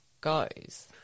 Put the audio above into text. goes